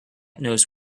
knows